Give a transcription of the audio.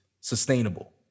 sustainable